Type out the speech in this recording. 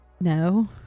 No